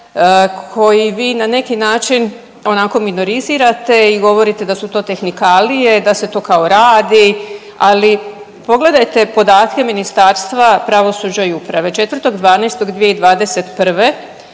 koji vi na neki način onako minorizirate i govorite da su to tehnikalije, da se to kao radi, ali pogledajte podatke Ministarstva pravosuđa i uprave, 4.12.2021.